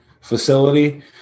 facility